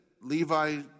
Levi